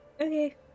Okay